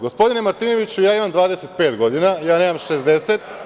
Gospodine Martinoviću, ja imam 25 godina, ja nemam 60.